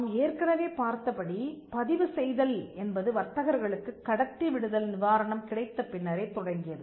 நாம் ஏற்கனவே பார்த்தபடி பதிவு செய்தல் என்பது வர்த்தகர்களுக்கு கடத்தி விடுதல் நிவாரணம் கிடைத்த பின்னரே தொடங்கியது